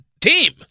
team